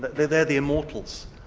but they're they're the immortals.